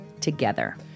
together